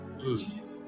chief